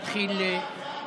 תעבור להצעה הבאה.